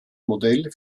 modell